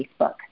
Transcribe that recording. Facebook